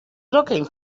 looking